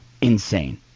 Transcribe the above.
insane